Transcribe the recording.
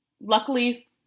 luckily